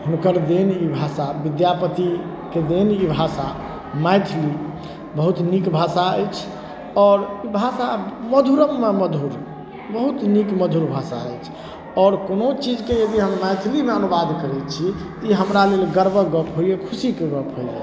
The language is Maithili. हुनकर देन ई भाषा विद्यापतिके देन ई भाषा मैथिली बहुत नीक भाषा अछि आओर ई भाषा मधुरोमे मधुर बहुत नीक मधुर भाषा अछि आओर कोनो चीजके यदि हम मैथिलीमे अनुवाद करै छी तऽ ई हमरा लेल गर्वक गप होइए खुशीके गप होइए